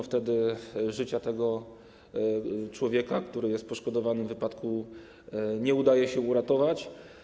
Wtedy życia tego człowieka, który jest poszkodowany w wypadku, nie udaje się uratować.